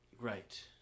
Right